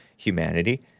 humanity